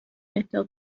اهدا